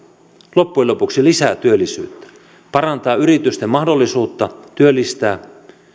loppujen lopuksi lisää työllisyyttä parantaa yritysten mahdollisuutta työllistää